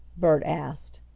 bert asked.